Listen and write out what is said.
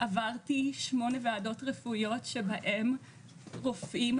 עברתי 8 ועדות רפואיות שבהן רופאים,